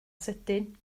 sydyn